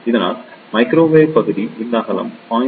அதனால் மைக்ரோவேவ் பகுதி இந்த அகலம் 0